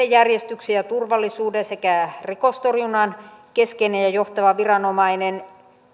järjestyksen ja turvallisuuden sekä rikostorjunnan keskeinen ja johtava viranomainen